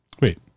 wait